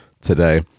today